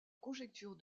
conjecture